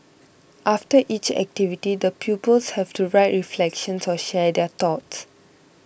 after each activity the pupils have to write reflections or share their thoughts